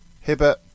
Hibbert